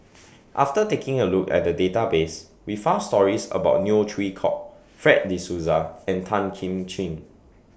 after taking A Look At The Database We found stories about Neo Chwee Kok Fred De Souza and Tan Kim Ching